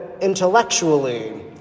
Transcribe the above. intellectually